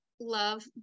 love